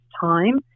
time